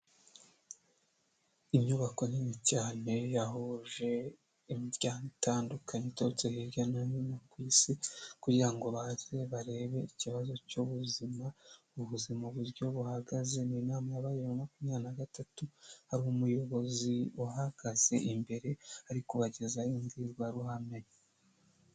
Inyubako nini cyane yahuje imiryango itandukanye iturutse hirya no hino ku isi, kugira ngo baze barebe ikibazo cy'ubuzima, mu buzima uburyo buhagaze. Ni inama yabaye bibiri na makumyabiri nagatatu, hari umuyobozi uhagaze imbere arikubagezaho imbwirwaruhame.